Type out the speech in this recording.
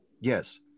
Yes